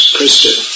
Christian